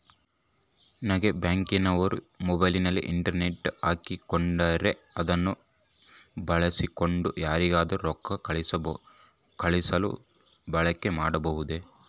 ನಂಗೆ ಬ್ಯಾಂಕಿನವರು ಮೊಬೈಲಿನಲ್ಲಿ ಇಂಟರ್ನೆಟ್ ಹಾಕಿ ಕೊಟ್ಟಿದ್ದಾರೆ ಅದನ್ನು ಬಳಸಿಕೊಂಡು ಯಾರಿಗಾದರೂ ರೊಕ್ಕ ಕಳುಹಿಸಲು ಬಳಕೆ ಮಾಡಬಹುದೇ?